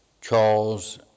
Charles